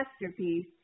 masterpiece